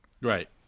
Right